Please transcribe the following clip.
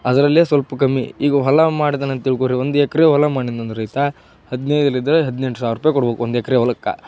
ಅದರಲ್ಲೇ ಸ್ವಲ್ಪ ಕಮ್ಮಿ ಈಗ ಹೊಲ ಮಾಡ್ದನ ಅಂತ ತಿಳ್ಕೊರಿ ಒಂದು ಎಕರೆ ಹೊಲ ಮಾಡಿದ್ನಂದ್ರೆ ರೈತ ಹದಿನೈದರಿಂದ ಹದಿನೆಂಟು ಸಾವಿರ ರೂಪಾಯಿ ಕೊಡ್ಬೇಕು ಒಂದು ಎಕರೆ ಹೊಲಕ್ಕ